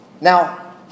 Now